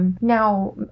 Now